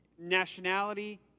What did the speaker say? nationality